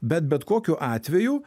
bet bet kokiu atveju